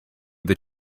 that